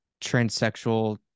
transsexual